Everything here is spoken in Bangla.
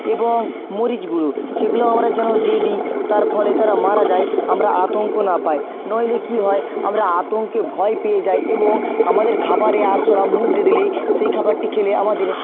এবং মরিচ গুঁড়ো সেগুলো আমরা যেন দিয়ে দিই তার ফলে তারা মারা যায় আমরা আতঙ্ক না পাই নইলে কি হয় আমরা আতঙ্কে ভয় পেয়ে যাই এবং আমাদের খাবারে আরশোলা মুখ দিয়ে দিলে সেই খাবারটি খেলে আমাদের